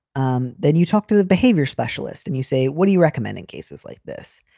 um then you talk to the behavior specialist and you say, what do you recommend in cases like this?